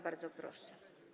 Bardzo proszę.